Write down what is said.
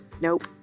Nope